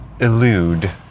elude